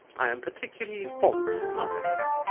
i am particularly fond of muffins.